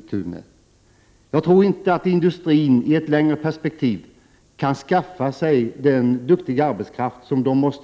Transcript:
Industrin kan nog inte i ett längre perspektiv skaffa sig den duktiga arbetskraft som behövs